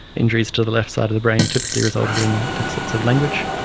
injuries to the left side of the brain typically resulted in deficits of language,